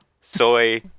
soy